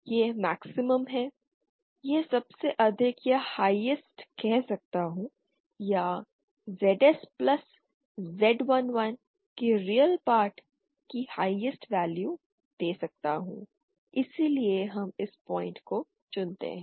यह मैक्सिमम है यह सबसे अधिक या हाईएस्ट कह सकता हूं या ZS प्लस Z 11 के रियल पार्ट की हाईएस्ट वैल्यू दे सकता हूं इसीलिए हम इस पॉइंट को चुनते हैं